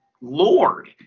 lord